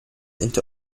into